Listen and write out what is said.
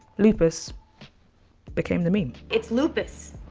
lupus became the meme. it's lupus!